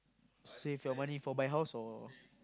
save your money for buy house or